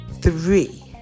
three